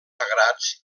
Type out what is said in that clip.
sagrats